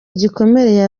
gikomereye